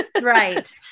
right